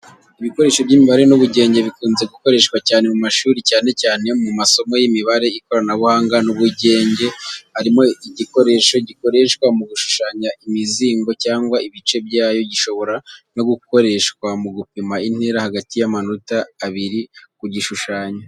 Ibikoresho by’imibare n’ubugenge bikunze gukoreshwa cyane mu mashuri, cyane cyane mu masomo y’imibare, ikoranabuhanga n’ubugenge. Harimo igikoresho gikoreshwa mu gushushanya imizingo cyangwa ibice byayo. Gishobora no gukoreshwa mu gupima intera hagati y'amanota abiri ku gishushanyo.